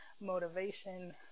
motivation